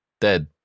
Dead